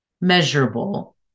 measurable